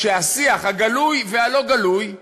כשהשיח הגלוי והלא-גלוי הוא: